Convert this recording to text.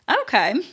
Okay